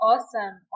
Awesome